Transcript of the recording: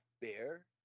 bear